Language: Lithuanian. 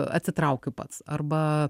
atsitraukiu pats arba